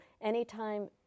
anytime